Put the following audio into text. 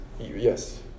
Yes